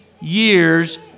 years